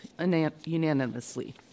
unanimously